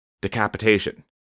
decapitation